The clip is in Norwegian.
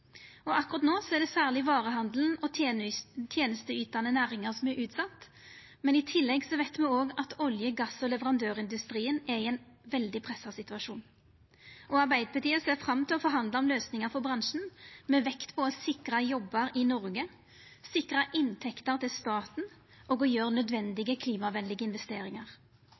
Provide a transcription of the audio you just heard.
no er det særleg varehandelen og tenesteytande næringar som er utsette, men i tillegg veit me at olje-, gass- og leverandørindustrien er i ein veldig pressa situasjon. Arbeidarpartiet ser fram til å forhandla om løysingar for bransjen, med vekt på å sikra jobbar i Noreg, sikra inntekter til staten og gjera nødvendige klimavenlege investeringar.